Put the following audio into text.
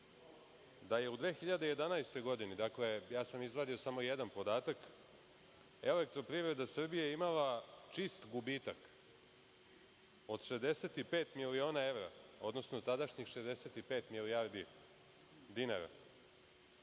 da je u 2011. godini, dakle, izvadio sam samo jedan podatak, „Elektroprivreda Srbije“ imala čist gubitak od 65 miliona evra, odnosno tadašnjih 65 milijardi dinara.